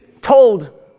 told